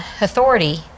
authority